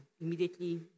immediately